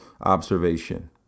observation